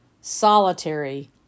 solitary